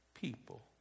people